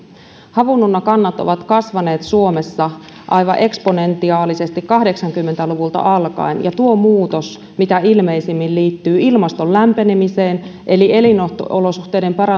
havununnakannat ovat kasvaneet suomessa aivan eksponentiaalisesti kahdeksankymmentä luvulta alkaen ja tuo muutos mitä ilmeisimmin liittyy ilmaston lämpenemiseen eli elinolosuhteiden